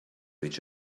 each